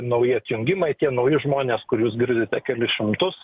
nauji atjungimai tie nauji žmonės kur jūs girdite kelis šimtus